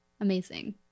Amazing